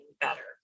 better